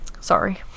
sorry